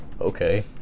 okay